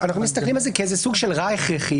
רק לצורך מיצוי הפוטנציאל הנורבגי.